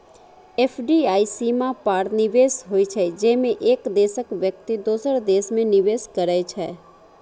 FDI सीमा पार निवेश होइ छै, जेमे एक देशक व्यक्ति दोसर देश मे निवेश करै छै